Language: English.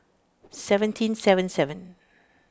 seventeen seven seven